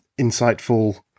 insightful